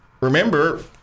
remember